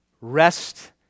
rest